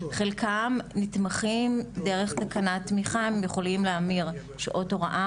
חלקם נתמכים דרך תקנת תמיכה והם יכולים להמיר שעות הוראה